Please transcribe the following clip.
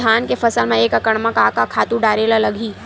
धान के फसल म एक एकड़ म का का खातु डारेल लगही?